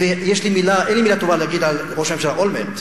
אין לי מלה טובה להגיד על ראש הממשלה אולמרט,